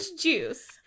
juice